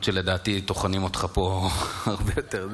למרות שלדעתי טוחנים אותך פה הרבה יותר,